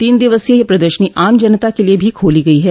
तीन दिवसीय यह प्रदर्शनी आम जनता के लिये भी खोली गई है